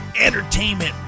entertainment